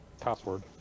password